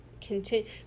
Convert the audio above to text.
continue